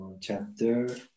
chapter